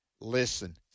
Listen